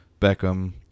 Beckham